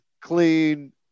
clean